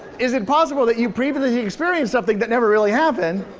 is it possible that you previously experienced something that never really happened?